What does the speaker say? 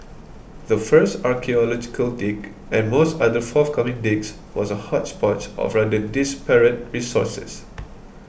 the first archaeological dig and most other forthcoming digs was a hodgepodge of rather disparate resources